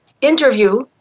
interview